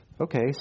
okay